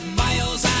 miles